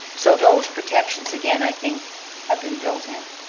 so those protections again i think have been built in.